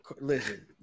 listen